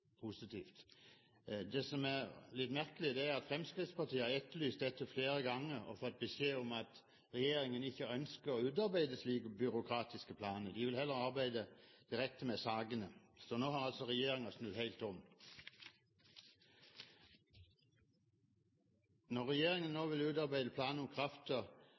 Det som er litt merkelig, er at Fremskrittspartiet har etterlyst dette flere ganger og fått beskjed om at regjeringen ikke har ønsket å utarbeide slike byråkratiske planer. De vil heller arbeide direkte med sakene. Nå har regjeringen altså snudd helt om. Når regjeringen nå vil utarbeide planer om